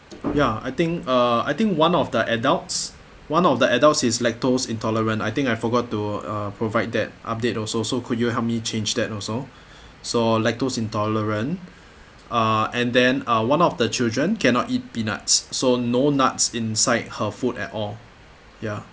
ya I think uh I think one of the adults one of the adults is lactose intolerant I think I forgot to uh provide that update also so could you help me change that and also so lactose intolerant uh and then uh one of the children cannot eat peanuts so no nuts inside her food at all ya